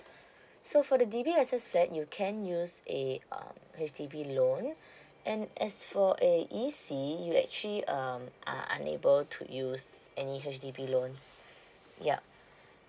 so for the D_B_S_S flat you can use eh uh H_D_B loan and as for an E_C you actually um are unable to use any H_D_B loans yup